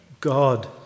God